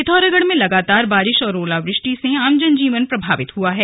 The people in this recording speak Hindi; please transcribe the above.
पिर्थोरागढ़ में लगातार बारिश और ओलावृष्टि से आम जनजीवन प्रभावित हुआ है